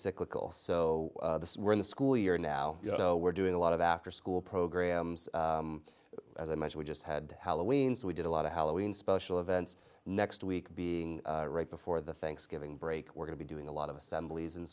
cyclical so we're in the school year now so we're doing a lot of afterschool programs as i mention we just had halloween so we did a lot of halloween special events next week being right before the thanksgiving break we're going to be doing a lot of assemblies in